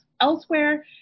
elsewhere